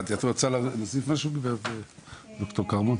את רוצה להוסיף משהו ד"ר כרמון?